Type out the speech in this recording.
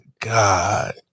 god